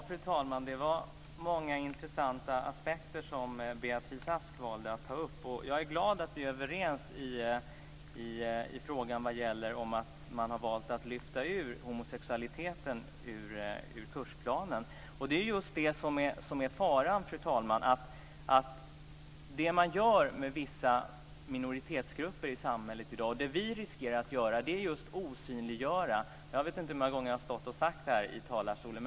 Fru talman! Det var många intressanta aspekter som Beatrice Ask valde att ta upp. Jag är glad att vi är överens när det gäller att man har valt att lyfta ut homosexualiteten ur kursplanen. Det är just det som är faran, fru talman. Det man gör med vissa minoritetsgrupper i samhället i dag, och det vi riskerar att göra, är att osynliggöra dem. Jag vet inte hur många gånger jag har stått och sagt det här i talarstolen.